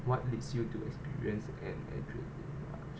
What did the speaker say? what leads you to experience an adrenaline rush